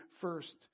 first